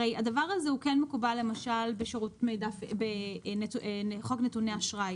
הרי הדבר הזה הוא כן מקובל למשל בחוק נתוני אשראי